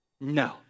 No